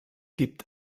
gibt